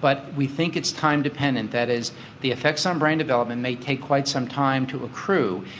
but we think it's time-dependent, that is the effects on brain development may take quite some time to accrue.